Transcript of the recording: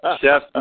Chef